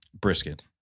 brisket